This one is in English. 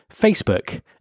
Facebook